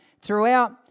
throughout